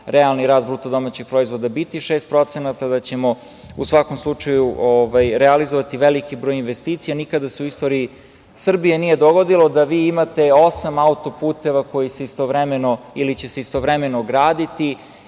realni rast BDP biti 6%, da ćemo u svakom slučaju realizovati veliki broj investicija. Nikada se u istoriji Srbije nije dogodilo da vi imate osam autoputeva koji se istovremeno ili će se istovremeno graditi.